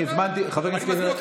חבר הכנסת קלנר,